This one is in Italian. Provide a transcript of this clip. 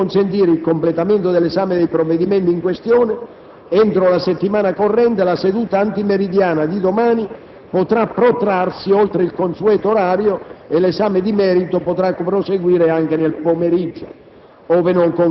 Al fine di consentire il completamento dell'esame dei provvedimenti in questione entro la settimana corrente, la seduta antimeridiana di domani potrà protrarsi oltre il consueto orario e l'esame di merito potrà proseguire anche nel pomeriggio,